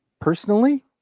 personally